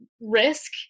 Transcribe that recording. risk